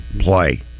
play